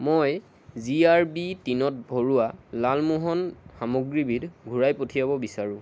মই জিআৰবি টিনত ভৰোৱা লালমোহন সামগ্ৰীবিধ ঘূৰাই পঠিয়াব বিচাৰোঁ